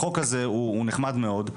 החוק הזה הוא נחמד מאוד,